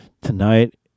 Tonight